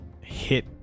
hit